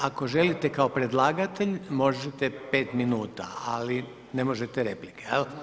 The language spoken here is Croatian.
Ako želite kao predlagatelj možete 5 minuta, ali ne možete replike.